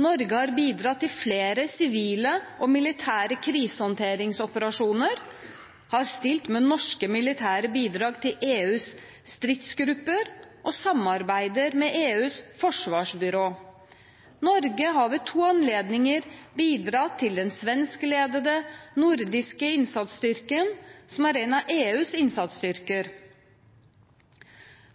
Norge har bidratt til flere sivile og militære krisehåndteringsoperasjoner, har stilt med norske militære bidrag til EUs stridsgrupper og samarbeider med EUs forsvarsbyrå. Norge har ved to anledninger bidratt til den svenskledede nordiske innsatsstyrken, som er en av EUs innsatsstyrker.